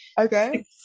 Okay